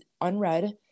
unread